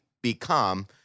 become